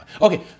Okay